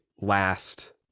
last